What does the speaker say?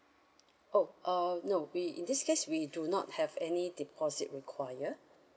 oh err no we in this case we do not have any deposit require